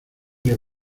les